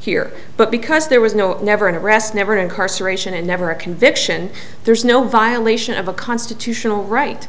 here but because there was no never an arrest never incarceration and never a conviction there's no violation of a constitutional right